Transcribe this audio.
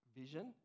vision